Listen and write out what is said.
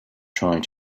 trying